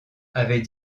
avait